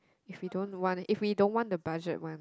if we don't want if we don't want the budget one